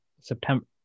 september